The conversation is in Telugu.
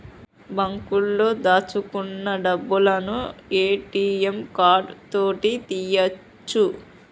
బాంకులో దాచుకున్న డబ్బులను ఏ.టి.యం కార్డు తోటి తీయ్యొచు